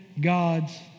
God's